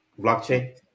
Blockchain